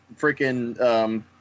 freaking